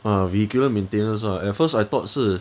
ah vehicular maintenance ah at first I thought 是